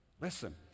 listen